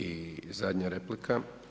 I zadnja replika.